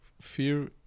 fear